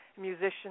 musicians